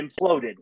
imploded